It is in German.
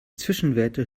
zwischenwerte